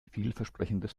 vielversprechendes